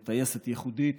טייסת ייחודית